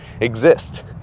exist